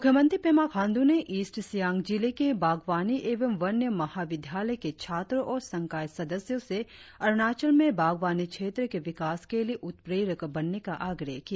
मुख्यमंत्री पेमा खाण्डू ने ईस्ट सियांग जिले के बागवानी एवं वन्य महाविद्यालय के छात्रों और संकाय सदस्यों से अरुणाचल में बागवानी क्षेत्र के विकास के लिए उत्प्रेरक बनने का आग्रह किया